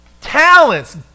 Talents